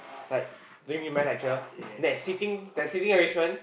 like during Human lecture